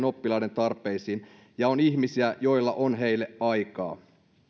oppilaiden tarpeisiin ihmisiä joilla on heille aikaa